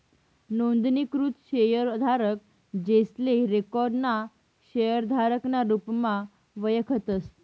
नोंदणीकृत शेयरधारक, जेसले रिकाॅर्ड ना शेयरधारक ना रुपमा वयखतस